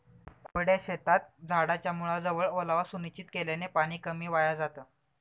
कोरड्या शेतात झाडाच्या मुळाजवळ ओलावा सुनिश्चित केल्याने पाणी कमी वाया जातं